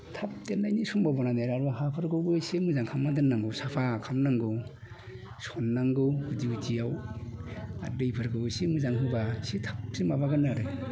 थाब देरनायनि सम्भाबना गैयाब्लाबो हाफोरखौबो एसे मोजां खालामना दोननांगौ साफा खामनांगौ सननांगौ बिदि बिदियाव आरो दैफोरखौबो एसे मोजां होब्ला एसे थाबसिन माबागोन आरो